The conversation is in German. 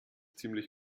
ziemlich